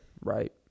right